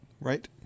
Right